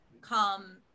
come